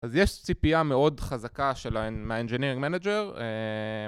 אז יש ציפייה מאוד חזקה שלהן מהאינג'ינג'רינג מנג'ר